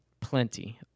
plenty